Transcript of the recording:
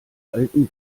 alten